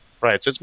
right